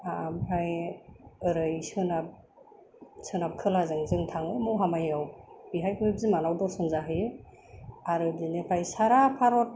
ओमफ्राय ओरै सोनाब सोनाब खोलाजों जों थाङो महामायायाव बेहायबो बिमानाव दरसन जाहैयो आरो बिनिफ्राय सारा भारत